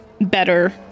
better